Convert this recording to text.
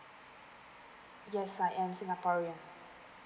yes I am singaporean